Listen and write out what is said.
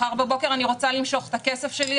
מחר בבוקר אני רוצה למשוך את הכסף שלי,